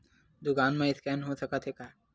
दुकान मा स्कैन हो सकत हे का?